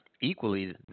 equally